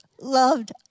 loved